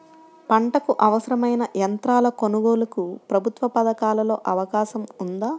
పంటకు అవసరమైన యంత్రాల కొనగోలుకు ప్రభుత్వ పథకాలలో అవకాశం ఉందా?